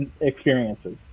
experiences